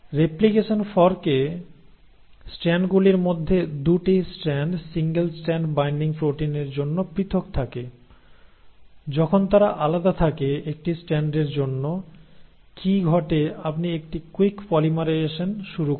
replication fork এ স্ট্র্যান্ডগুলির মধ্যে 2 টি স্ট্র্যান্ড সিঙ্গেল স্ট্র্যান্ড বাইন্ডিং প্রোটিনের জন্য পৃথক থাকে যখন তারা আলাদা থাকে একটি স্ট্যান্ডের জন্য কি ঘটে আপনি একটি কুইক পলিমারাইজেশন শুরু করেন